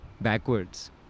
Backwards